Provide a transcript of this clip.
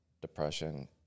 depression